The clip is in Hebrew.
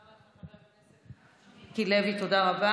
חבר הכנסת מיקי לוי, תודה.